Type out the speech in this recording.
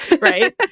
Right